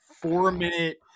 Four-minute